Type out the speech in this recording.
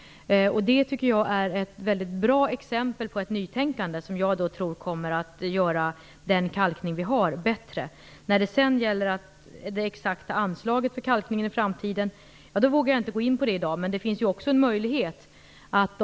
Det tycker jag är ett väldigt bra exempel på ett nytänkande som jag tror kommer att göra den kalkning vi har bättre. Det exakta anslaget för kalkningen i framtiden vågar jag inte gå in på i dag, men det finns ju också andra möjligheter.